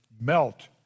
melt